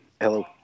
Hello